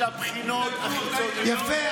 מי שעושה את הבחינות החיצוניות, יפה.